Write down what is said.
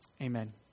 Amen